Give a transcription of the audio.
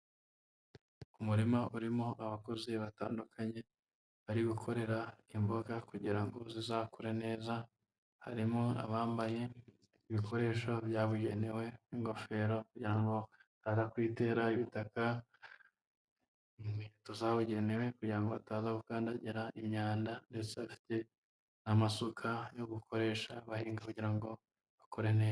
Umurima urimo abakozi batandukanye barigukorera imboga kugira ngo zizakure neza. Harimo abambaye ibikoresho byabugenewe ingofero kugira ngo bataza kuyitera ibitaka, inkweto zabugenewe kugira ngo bataza gukandagira imyanda ndetse bafite amasuka yo gukoresha bahinga kugira ngo bakore neza.